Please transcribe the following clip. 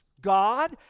God